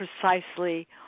precisely